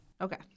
Okay